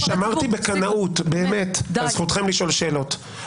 אני שמרתי בקנאות באמת על זכותכם לשאול שאלות,